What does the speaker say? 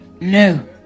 No